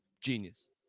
genius